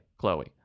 Chloe